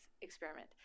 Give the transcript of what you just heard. Experiment